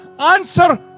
answer